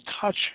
touch